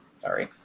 sorry.